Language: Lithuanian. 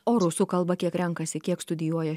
o rusų kalbą kiek renkasi kiek studijuoja